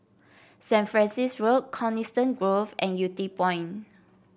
Saint Francis Road Coniston Grove and Yew Tee Point